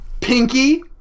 Pinky